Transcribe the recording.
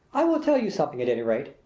i will tell you something at any rate.